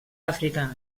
àfrica